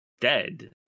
dead